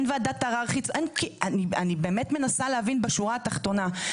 אני באמת מנסה להבין בשורה התחתונה.